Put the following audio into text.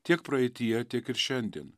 tiek praeityje tiek ir šiandien